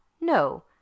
No